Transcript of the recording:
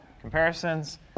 comparisons